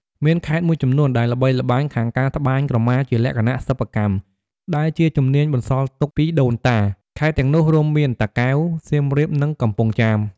មានខេត្តមួយចំនួនដែលល្បីល្បាញខាងការត្បាញក្រមាជាលក្ខណៈសិប្បកម្ម ដែលជាជំនាញបន្សល់ទុកពីដូនតា ខេត្តទាំងនោះរួមមាន តាកែវ សៀមរាប និងកំពង់ចាម។